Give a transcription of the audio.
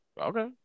Okay